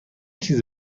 چیزی